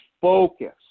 focus